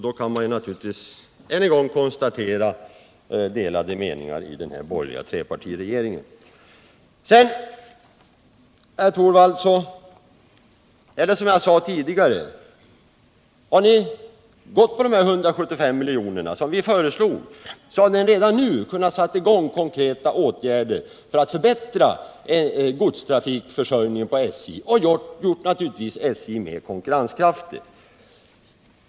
Då kan man än en gång konstatera att det råder delade meningar i den borgerliga trepartiregeringen. Sedan, herr Torwald, upprepar jag vad jag sade tidigare: Om ni hade sagt ja till de 175 miljoner som vi föreslog, så hade ni redan nu kunnat sätta i gång med konkreta åtgärder för att förbättra SJ:s godstrafikförsörjning och därmed öka SJ:s konkurrenskraft.